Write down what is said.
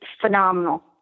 phenomenal